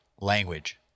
language